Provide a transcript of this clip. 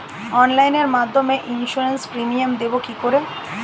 অনলাইনে মধ্যে insurance premium দেবো কি করে?